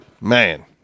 Man